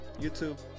YouTube